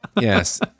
Yes